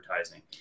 advertising